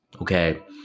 okay